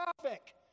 traffic